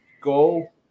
go